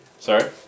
Sorry